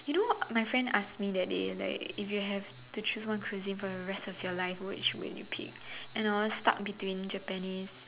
you know my friend asked me that day like if you have to choose one cuisine for the rest of your life which would you pick and I was stuck between Japanese